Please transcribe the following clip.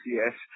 yes